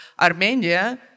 Armenia